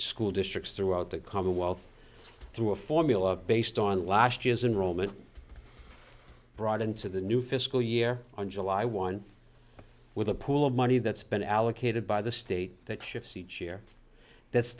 school districts throughout the commonwealth through a formula based on last years in rome and brought into the new fiscal year on july one with a pool of money that's been allocated by the state that shifts each year that's